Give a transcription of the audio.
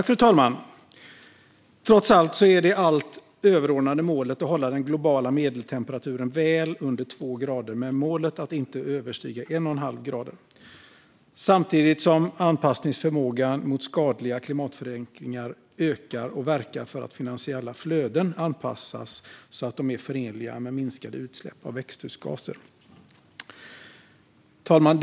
Fru talman! Trots allt är det allt överordnade målet att hålla ökningen av den globala medeltemperaturen väl under två grader med målet att inte överstiga en och en halv grad samtidigt som anpassningsförmågan mot skadliga klimatförändringar ökar och att verka för att finansiella flöden anpassas så att de är förenliga med minskade utsläpp av växthusgaser. Fru talman!